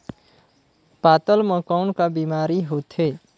पातल म कौन का बीमारी होथे?